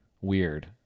Weird